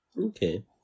Okay